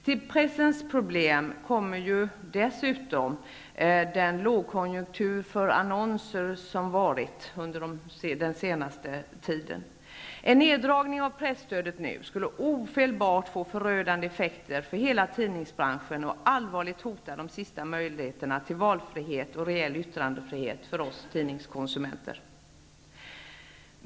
Till pressens problem kommer dessutom den lågkonjunktur för annonser som har varit under den senaste tiden. En neddragning av presstödet nu skulle ofelbart få förödande effekter för hela tidningsbranschen och allvarligt hota de sista möjligheterna till valfrihet och reell yttrandefrihet för oss tidningskonsumenter.